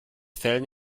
fällen